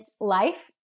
life